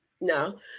no